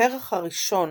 הפרח הראשון